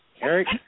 Eric